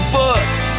books